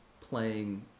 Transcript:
playing